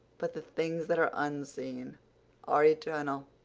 but the things that are unseen are eternal.